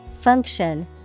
function